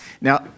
Now